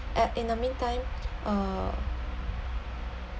at the mean time uh